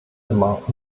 immer